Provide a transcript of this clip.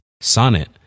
Sonnet